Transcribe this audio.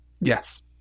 Yes